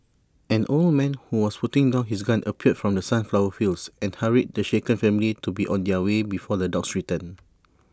an old man who was putting down his gun appeared from the sunflower fields and hurried the shaken family to be on their way before the dogs return